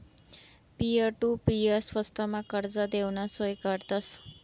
peer to peer स्वस्तमा कर्ज देवाना सोय करतस